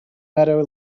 meadow